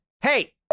Hey